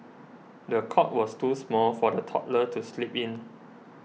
the cot was too small for the toddler to sleep in